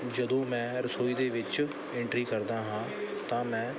ਜਦੋਂ ਮੈਂ ਰਸੋਈ ਦੇ ਵਿੱਚ ਐਂਟਰੀ ਕਰਦਾ ਹਾਂ ਤਾਂ ਮੈਂ